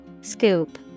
Scoop